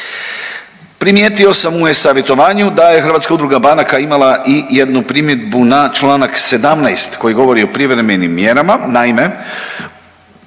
Primijetio sam u e-savjetovanju da je Hrvatska udruga banaka imala i jednu primjedbu na čl. 17. koja govori o privremenim mjerama. Naime,